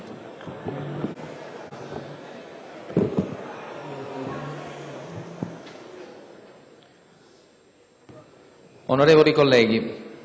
Onorevoli colleghi,